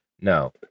No